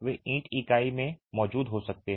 वे ईंट इकाई में भी मौजूद हो सकते हैं